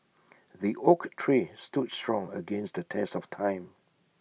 the oak tree stood strong against the test of time